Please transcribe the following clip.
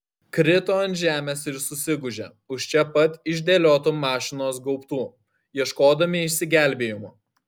krito ant žemės ir susigūžė už čia pat išdėliotų mašinos gaubtų ieškodami išsigelbėjimo